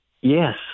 Yes